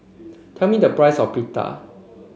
tell me the price of Pita